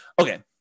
Okay